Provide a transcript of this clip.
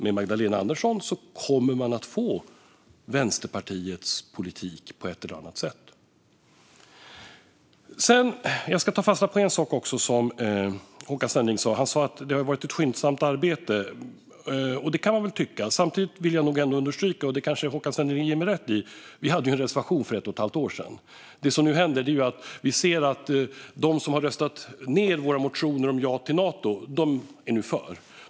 Med Magdalena Andersson kommer man att få Vänsterpartiets politik på ett eller annat sätt. Jag ska ta fasta på ytterligare en sak som Håkan Svenneling sa. Han sa att det har varit ett skyndsamt arbete, och det kan man väl tycka. Samtidigt vill jag nog ändå understryka något som Håkan Svenneling kanske ger mig rätt i. Vi hade en reservation för ett och ett halvt år sedan. Det som nu händer är att vi ser att de som har röstat ned våra motioner om ja till Nato nu är för Nato.